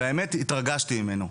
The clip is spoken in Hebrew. והאמת התרגשתי ממנו.